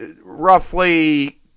roughly –